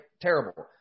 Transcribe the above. terrible